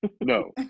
No